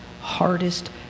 hardest